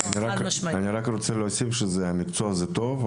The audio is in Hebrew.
אני רק רוצה להוסיף: מקצוע זה טוב,